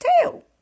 tail